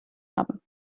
haben